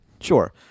sure